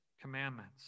commandments